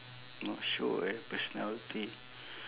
not sure eh personality